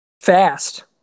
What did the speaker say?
Fast